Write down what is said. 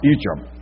Egypt